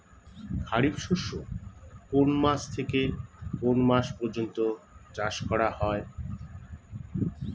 খারিফ শস্য কোন মাস থেকে কোন মাস পর্যন্ত চাষ করা হয়?